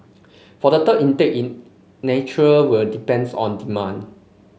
for the third intake in nature will depends on demand